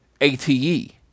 ATE